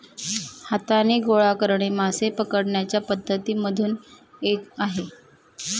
हाताने गोळा करणे मासे पकडण्याच्या पद्धती मधून एक आहे